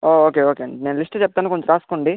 okay okay అండి నేను list చెప్తాను కొంచెం రాసుకోండి